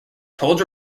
told